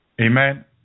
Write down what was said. Amen